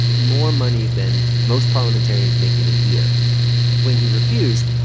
more money than most parliamentarians make in a year when he refused,